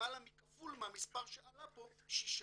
למעלה מכפול מהמספר שעלה פה, שישה.